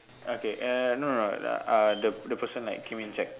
okay err no no uh the the person like came and check